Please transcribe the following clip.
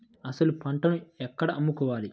అసలు పంటను ఎక్కడ అమ్ముకోవాలి?